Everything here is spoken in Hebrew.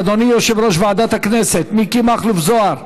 אדוני יושב-ראש ועדת הכנסת מיקי מכלוף זוהר,